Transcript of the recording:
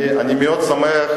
אני מאוד שמח,